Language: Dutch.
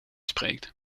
spreekt